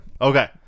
Okay